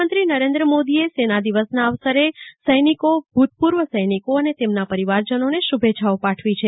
પ્રધાનમંત્રી નરેન્દ્ર મોદીએ સેના દિવસના અવસરે સૈનિકો ભૂતપૂર્વ સૈનિકો અને તેમના પરિવારજનોને શુભેચ્છાઓ પાઠવી છે